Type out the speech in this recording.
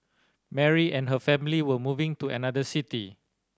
Mary and her family were moving to another city